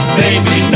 baby